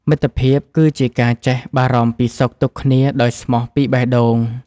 មិត្តភាពគឺជាការចេះបារម្ភពីសុខទុក្ខគ្នាដោយស្មោះពីបេះដូង។